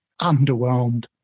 underwhelmed